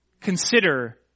Consider